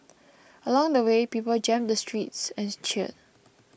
along the way people jammed the streets and cheered